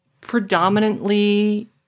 predominantly